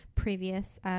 Previous